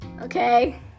Okay